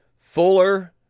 Fuller